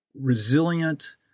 resilient